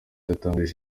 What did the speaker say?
yatangarije